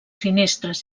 finestres